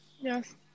Yes